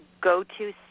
go-to